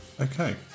Okay